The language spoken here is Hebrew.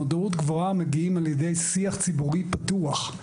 למודעות גבוהה מגיעים על ידי שיח ציבורי פתוח.